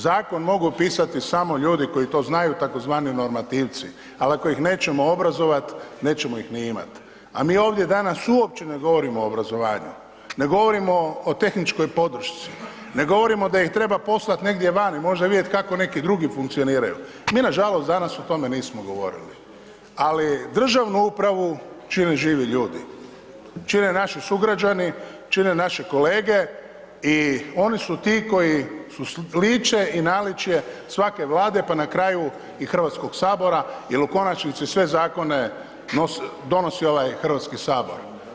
Zakon mogu pisati samo ljudi koji to znaju tj. normativci, ali ako ih nećemo obrazovati, nećemo ih ni imat, a mi ovdje danas su uopće ne govorimo o obrazovanju, ne govorimo o tehničkoj podršci, ne govorimo da ih treba poslati negdje vani možda vidjet kako neki drugi funkcioniraju, mi nažalost danas o tome nismo govorili, ali državnu upravu čine živi ljudi, čine naši sugrađani, čine naši kolege i oni su ti koji su lice i naličje svake vlade pa na kraju i Hrvatskog sabora, jer u konačnici sve zakone donosi ovaj Hrvatski sabor.